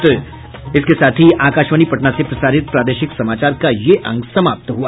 इसके साथ ही आकाशवाणी पटना से प्रसारित प्रादेशिक समाचार का ये अंक समाप्त हुआ